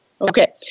Okay